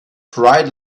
bright